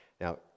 Now